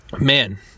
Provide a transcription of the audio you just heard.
man